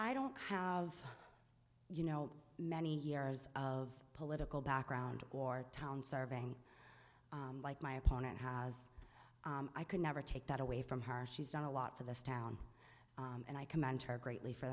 i don't have you know many years of political background or town starving like my opponent has i could never take that away from her she's done a lot for this town and i commend her greatly for